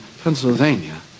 Pennsylvania